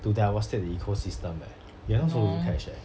to devastate the ecosystem eh you're not supposed to catch eh